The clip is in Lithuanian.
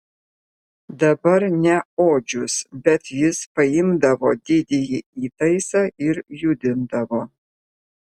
dabar ne odžius bet jis paimdavo didįjį įtaisą ir judindavo